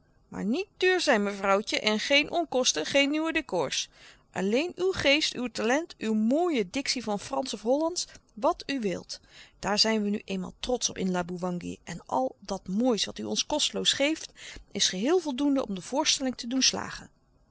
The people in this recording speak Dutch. maar niet duur zijn mevrouwtje en geen onkosten geen nieuwe décors alleen uw geest uw talent uw mooie dictie van fransch of hollandsch wat u wilt daar zijn we nu eenmaal trotsch op in laboewangi en al dat moois wat u ons kosteloos geeft is geheel voldoende om de voorstelling te doen slagen